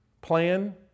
plan